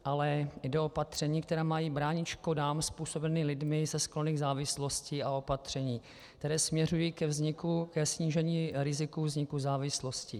Ale jde o opatření, která mají bránit škodám způsobeným lidmi se sklony k závislosti, a opatření, která směřují ke snížení rizika vzniku závislosti.